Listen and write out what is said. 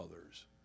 others